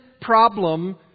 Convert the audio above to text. problem